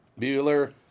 Bueller